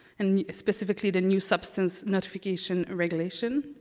and specifically the new substance notification regulation.